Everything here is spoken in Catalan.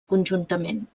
conjuntament